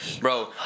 Bro